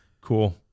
Cool